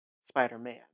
spider-man